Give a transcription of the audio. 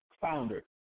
founder